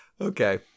Okay